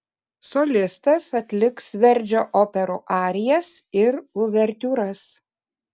solistas atliks verdžio operų arijas ir uvertiūras